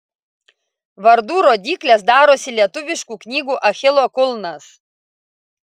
vardų rodyklės darosi lietuviškų knygų achilo kulnas